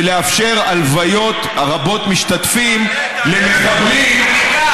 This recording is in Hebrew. זה לאפשר הלוויות רבות משתתפים למחבלים, אני בעד.